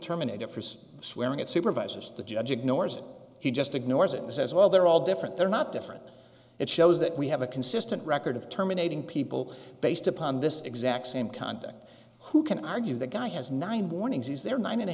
terminated for swearing at supervisors the judge ignores it he just ignores it was as well they're all different they're not different it shows that we have a consistent record of terminating people based upon this exact same conduct who can argue the guy has nine warnings he's there nine and a